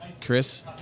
Chris